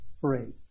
free